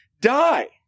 die